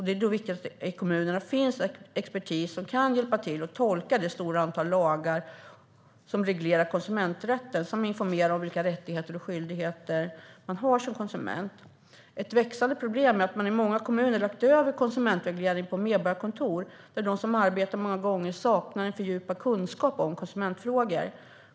Det är därför viktigt att det i kommunerna finns expertis som kan hjälpa till att tolka det stora antal lagar som reglerar konsumenträtten samt informera om vilka rättigheter och skyldigheter man har som konsument. Ett växande problem är att man i många kommuner lagt över konsumentvägledning på medborgarkontor där de som arbetar många gånger saknar en fördjupad kunskap om konsumentfrågor.